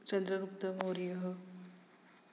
चन्द्रगुप्तमौर्यः